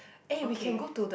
okay